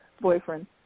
boyfriend